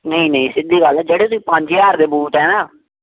ਨਹੀਂ ਨਹੀਂ ਸਿੱਧੀ ਗੱਲ ਹੈ ਜਿਹੜੇ ਤੁਸੀਂ ਪੰਜ ਹਜ਼ਾਰ ਦੇ ਬੂਟ ਹੈ ਨਾ